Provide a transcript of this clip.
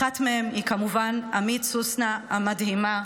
אחת מהם היא כמובן עמית סוסנה המדהימה,